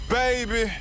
baby